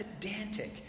pedantic